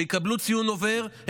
שיקבלו ציון עובר.